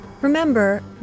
Remember